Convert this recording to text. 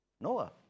Noah